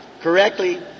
Correctly